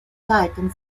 leiten